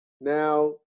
Now